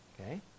Okay